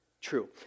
true